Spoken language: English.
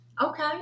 Okay